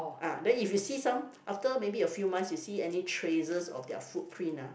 ah then you see some after maybe a few months you see any traces of their footprint ah